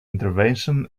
intervention